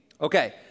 Okay